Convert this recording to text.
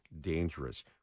dangerous